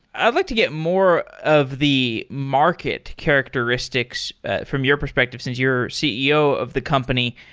i'd like to get more of the market characteristics from your perspective, since you're ceo of the company.